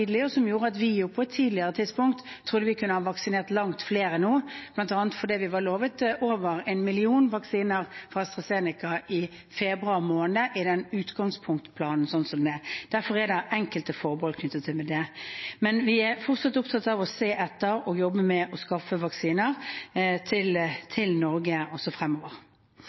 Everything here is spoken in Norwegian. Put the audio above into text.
som gjorde at vi på et tidligere tidspunkt trodde vi kunne ha vaksinert langt flere nå – bl.a. fordi vi var lovet over en million vaksiner fra AstraZeneca i februar måned i den utgangspunktplanen som var. Derfor er det enkelte forbehold knyttet til det. Men vi er fortsatt opptatt av å se etter og jobbe med å skaffe vaksiner til Norge også fremover.